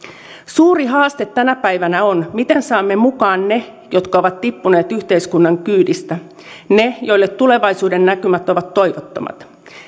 suuri haaste tänä päivänä on miten saamme mukaan ne jotka ovat tippuneet yhteiskunnan kyydistä ne joille tulevaisuuden näkymät ovat toivottomat